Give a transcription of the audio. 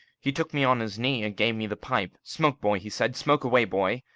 he took me on his knee, and gave me the pipe. smoke, boy, he said smoke away, boy!